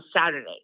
Saturday